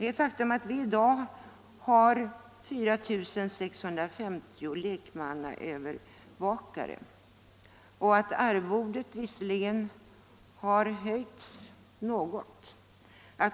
Ett faktum är att det i dag finns 4 650 lekmannaövervakare. Arvodena har visserligen höjts något.